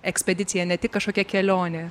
ekspedicija ne tik kažkokia kelionė